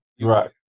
Right